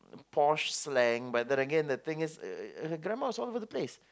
posh slang but then again the thing is uh her grammar was all over the place